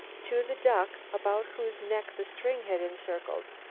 to the duck about whose neck the string had encircled,